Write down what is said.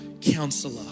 Counselor